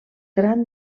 gran